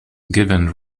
given